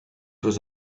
was